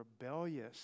rebellious